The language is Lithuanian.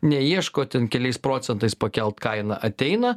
neieško ten keliais procentais pakelt kainą ateina